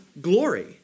glory